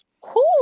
Cool